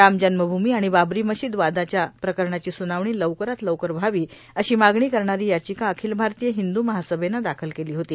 राम जन्मभूमी आणि बाबरी मशीद वादाच्या प्रकरणाची सुनावणी लवकरात लवकर व्हावी अशी मागणी करणारी याचिका अखिल भारतीय हिंदू महासभेनं दाखल केली होती